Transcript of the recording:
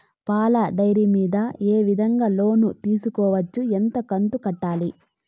పాల డైరీ మీద ఏ విధంగా లోను తీసుకోవచ్చు? ఎంత కంతు కట్టాలి?